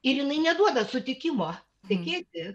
ir jinai neduoda sutikimo tekėti